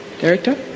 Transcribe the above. Director